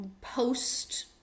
post